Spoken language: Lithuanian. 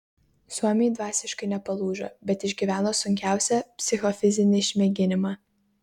suomiai dvasiškai nepalūžo bet išgyveno sunkiausią psichofizinį išmėginimą